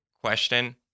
question